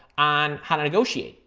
on how to negotiate,